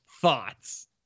Thoughts